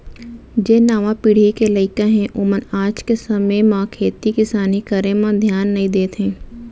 जेन नावा पीढ़ी के लइका हें ओमन आज के समे म खेती किसानी करे म धियान नइ देत हें